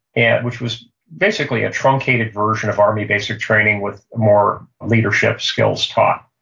and which was basically a truncated version of army basic training with more leadership skills taught.